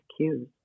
cues